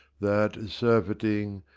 that, surfeiting,